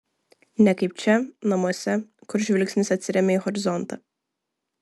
ne kaip čia namuose kur žvilgsnis atsiremia į horizontą